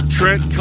Trent